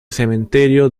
cementerio